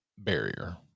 Barrier